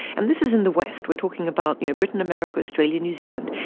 and this is in the west, we are talking about you know britain, america, australia, new zealand.